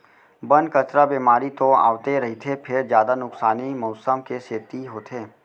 बन, कचरा, बेमारी तो आवते रहिथे फेर जादा नुकसानी मउसम के सेती होथे